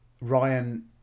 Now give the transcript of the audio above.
Ryan